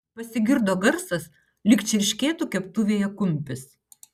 pasigirdo garsas lyg čirškėtų keptuvėje kumpis